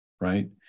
right